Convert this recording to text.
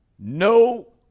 No